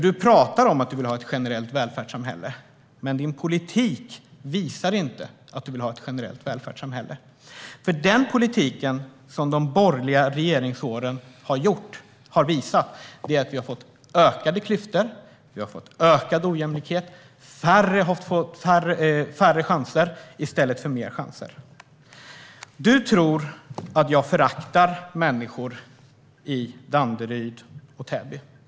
Du pratar om att du vill ha ett generellt välfärdssamhälle, men din politik visar inte att du vill ha ett generellt välfärdssamhälle. Den politik som fördes under de borgerliga regeringsåren har gjort att vi har fått ökade klyftor och ökad ojämlikhet och att människor har fått mindre chanser i stället för större. Du tror att jag föraktar människor i Danderyd och Täby.